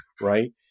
Right